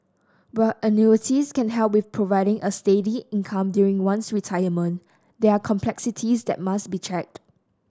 while annuities can help with providing a steady income during one's retirement there are complexities that must be checked